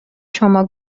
شما